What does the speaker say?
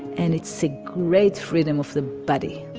and it's a great freedom of the body